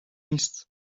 نیست